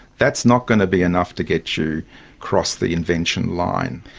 that's not going to be enough to get you across the invention line.